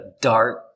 dark